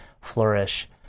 flourish